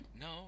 No